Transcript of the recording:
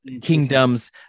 kingdoms